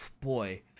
boy